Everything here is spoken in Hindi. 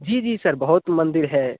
जी जी सर बहुत मंदिर है